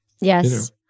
Yes